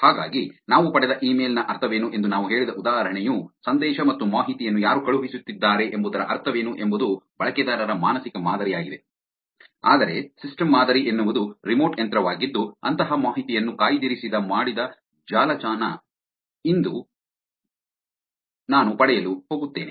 ಹಾಗಾಗಿ ನಾವು ಪಡೆದ ಇಮೇಲ್ ನ ಅರ್ಥವೇನು ಎಂದು ನಾನು ಹೇಳಿದ ಉದಾಹರಣೆಯು ಸಂದೇಶ ಮತ್ತು ಮಾಹಿತಿಯನ್ನು ಯಾರು ಕಳುಹಿಸುತ್ತಿದ್ದಾರೆ ಎಂಬುದರ ಅರ್ಥವೇನು ಎಂಬುದು ಬಳಕೆದಾರರ ಮಾನಸಿಕ ಮಾದರಿಯಾಗಿದೆ ಆದರೆ ಸಿಸ್ಟಮ್ ಮಾದರಿ ಎನ್ನುವುದು ರಿಮೋಟ್ ಯಂತ್ರವಾಗಿದ್ದು ಅಂತಹ ಮಾಹಿತಿಯನ್ನು ಕಾಯಿದಿರಿಸಿದ ಮಾಡಿದ ಜಾಲತಾಣ ಇಂದ ನಾನು ಪಡೆಯಲು ಹೋಗುತ್ತೇನೆ